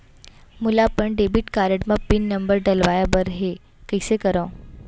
मोला अपन debit card म पिन नंबर डलवाय बर हे कइसे करव?